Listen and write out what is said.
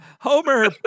homer